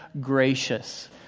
gracious